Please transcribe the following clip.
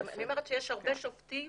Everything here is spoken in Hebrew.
אני אומרת שיש הרבה שופטים